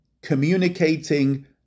Communicating